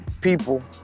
people